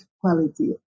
quality